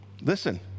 Listen